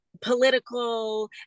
political